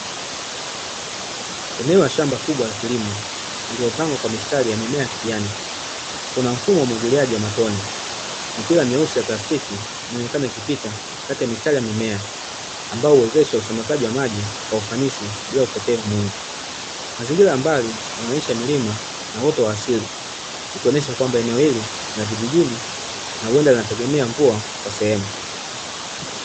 Eneo ya shamba kubwa la kilimo lililopangwa kwa mistari ya mimea ya kijani. Kuna mfumo wa umwagiliaji wa matone. Mipira myeusi ya plastiki inaonekana ikipita kati ya mistari ya mimea, ambayo huwezesha usambazaji wa maji kwa ufanisi bila upotevu mwingi. Mazingira ya mbali yanaonyesha milima na uoto wa asili, ikionyesha kwamba eneo hili ni la vijijini na huenda linategemea mvua kwa sehemu.